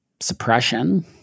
suppression